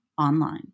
online